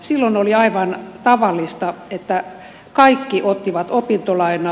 silloin oli aivan tavallista että kaikki ottivat opintolainaa